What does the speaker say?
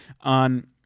On